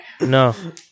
No